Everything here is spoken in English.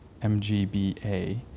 MGBA